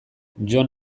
jon